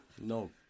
No